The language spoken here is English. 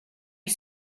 you